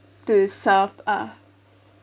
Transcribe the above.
to serve a